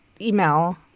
email